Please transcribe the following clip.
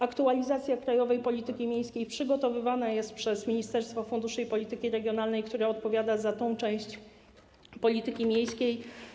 Aktualizacja krajowej polityki miejskiej przygotowywana jest przez Ministerstwo Funduszy i Polityki Regionalnej, które odpowiada za tę część polityki miejskiej.